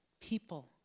people